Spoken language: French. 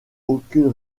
aucune